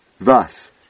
Thus